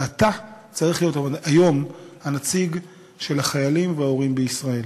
ואתה צריך להיות היום הנציג של החיילים וההורים בישראל.